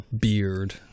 beard